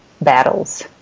battles